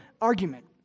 argument